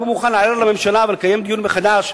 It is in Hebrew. אם הוא מוכן להעלות בממשלה ולקיים דיון מחדש,